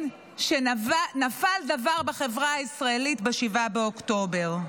שנפל דבר בחברה הישראלית ב-7 באוקטובר.